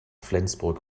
flensburg